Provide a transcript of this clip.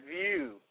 view